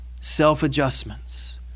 self-adjustments